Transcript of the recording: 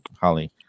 Holly